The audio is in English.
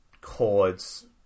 chords